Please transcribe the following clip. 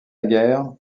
guerre